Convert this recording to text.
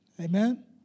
Amen